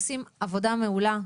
הם עושים עבודה מעולה,